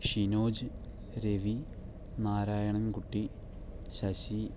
Shinoj Ravi Narayanankutty Sasi